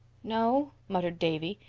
no, muttered davy.